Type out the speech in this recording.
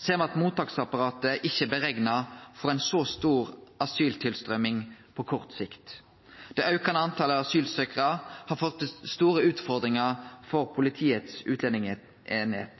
ser me at mottaksapparatet ikkje er berekna for ei så stor asyltilstrøyming på kort sikt. Det aukande talet på asylsøkjarar har ført til store utfordringar for Politiets utlendingseining.